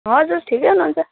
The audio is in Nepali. हजुर ठिकै हुनुहुन्छ